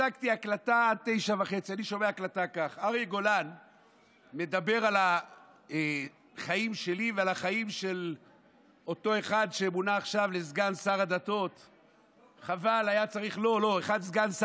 השגתי הקלטה עד 09:30. אני שומע בהקלטה כך: אריה גולן מדבר על